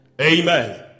Amen